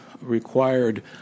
required